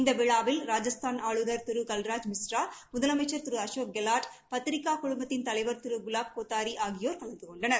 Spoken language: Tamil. இந்த விழாவில் ராஜஸ்தான் ஆளுநர் திரு கல்ராஜ்மிஸ்ரா முதலமைச்சர் திரு அசோக் கெலாட் பத்திரிகா குழுமத்தின் தலைவர் திரு குலாப் கோத்தாரி ஆகியோர் கலந்து கொண்டனர்